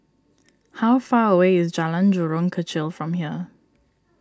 how far away is Jalan Jurong Kechil from here